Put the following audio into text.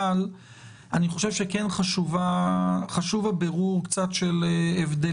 אני חושב שכן חשוב הבירור על ההבדלים,